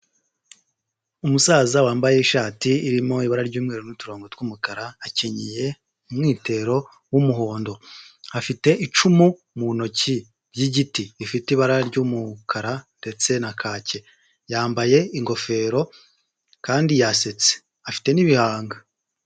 Umusaza wambaye ishati irimo ibara ry'umweru n'uturongo tw'umukara akenyeye umwitero w'umuhondo, afite icumu mu ntoki ry'igiti, rifite ibara ry'umukara ndetse na kake, yambaye ingofero kandi yasetse afite n'ibihanga.